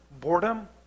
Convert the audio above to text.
boredom